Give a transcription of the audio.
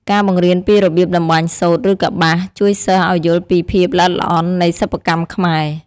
ការបង្រៀនពីរបៀបតម្បាញសូត្រ ឬកប្បាស ជួយសិស្សឱ្យយល់ពីភាពល្អិតល្អន់នៃសិប្បកម្មខ្មែរ។